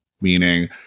meaning